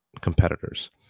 competitors